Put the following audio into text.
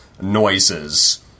noises